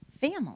family